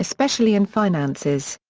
especially in finances.